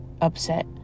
upset